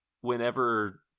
whenever